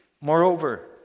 Moreover